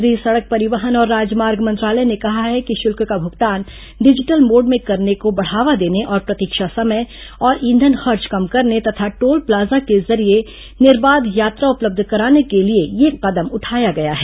केंद्रीय सड़क परिवहन और राजमार्ग मंत्रालय ने कहा है कि शुल्क का भुगतान डिजिटल मोड में करने को बढ़ावा देने प्रतीक्षा समय और ईंधन खर्च कम करने तथा टोल प्लाजा के जरिये निर्बाध यात्रा उपलब्ध कराने के लिए यह कदम उठाया गया है